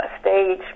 stage